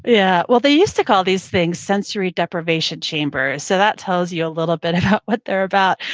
yeah, well, they used to call these things sensory deprivation chambers, so that tells you a little bit about what they're about.